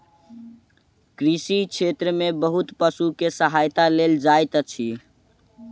कृषि क्षेत्र में बहुत पशु के सहायता लेल जाइत अछि